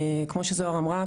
כמו שזוהר אמרה,